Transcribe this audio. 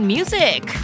Music